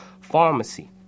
pharmacy